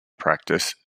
practice